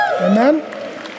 Amen